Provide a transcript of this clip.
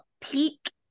peak